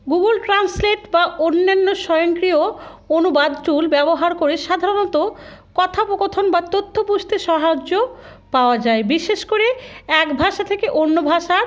Google translate বা অন্যান্য স্বয়ংক্রিয় অনুবাদ টুল ব্যবহার করে সাধারণত কথাপকথন বা তথ্য বুঝতে সাহায্য পাওয়া যায় বিশেষ করে এক ভাষা থেকে অন্য ভাষার